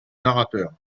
narrateur